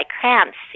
cramps